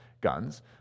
guns